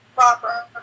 proper